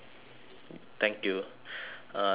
thank you uh it is